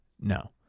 No